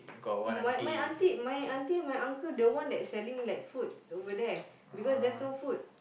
my my my auntie my auntie and my uncle the one that selling like foods over there because there's no food